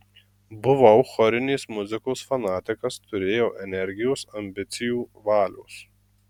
buvau chorinės muzikos fanatikas turėjau energijos ambicijų valios